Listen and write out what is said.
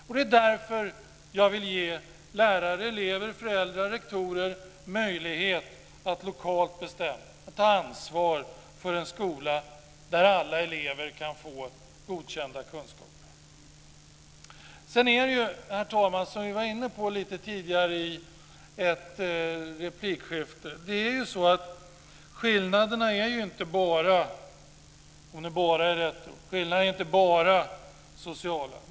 Det är också därför jag vill ge lärare, elever, föräldrar och rektorer möjlighet att lokalt bestämma och ta ansvar för en skola där alla elever kan få godkända kunskaper. Herr talman! Som vi var inne på i ett tidigare replikskifte är skillnaderna inte bara - om nu "bara" är rätt ord - sociala.